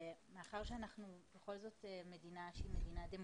מאחר שאנחנו בכל זאת מדינה שהיא מדינה דמוקרטית,